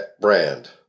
brand